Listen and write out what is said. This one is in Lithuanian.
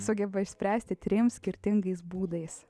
sugeba išspręsti trim skirtingais būdais